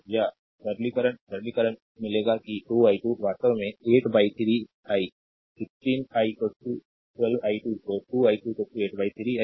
या सरलीकरण सरलीकरण मिलेगा कि 2 i2 वास्तव में 83 i 16 i 12 i2 तो 2 i2 83 i